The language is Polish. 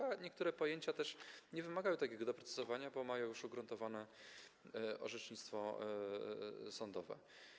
A niektóre pojęcia też nie wymagały takiego doprecyzowania, bo mają już ugruntowane orzecznictwo sądowe.